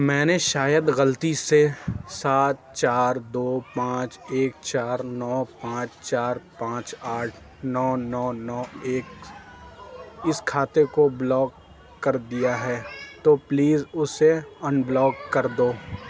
میں نے شاید غلطی سے سات چار دو پانچ ایک چار نو پانچ چار پانچ آٹھ نو نو نو ایک اس کھاتے کو بلاک کر دیا ہے تو پلیز اسے ان بلاک کر دو